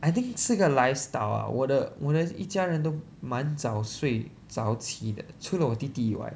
I think 是个 lifestyle ah 我的一家人都满早睡早起的除了我弟弟以外